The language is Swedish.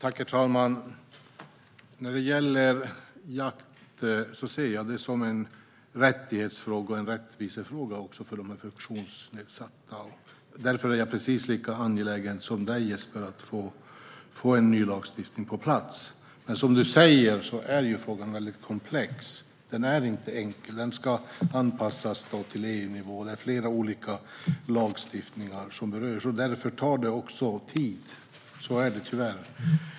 Herr talman! När det gäller jakt ser jag det som en rättighetsfråga och en rättvisefråga för de funktionsnedsatta. Därför är jag precis lika angelägen som du om att få en ny lagstiftning på plats, Jesper. Som du säger är dock frågan väldigt komplex. Den är inte enkel, utan den ska anpassas till EU-nivå där det är flera olika lagstiftningar som berörs. Därför tar det också tid; så är det tyvärr.